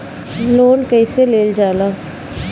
Loan कईसे लेल जाला?